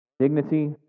dignity